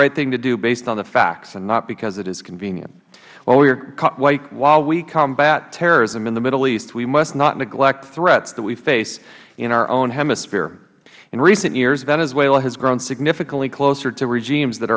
right thing to do based on the facts and not because it is convenient while we combat terrorism in the middle east we must not neglect threats that we face in our own hemisphere in recent years venezuela has grown significantly closer to regimes that